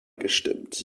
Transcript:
gestimmt